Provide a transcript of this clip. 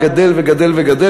מי נגד?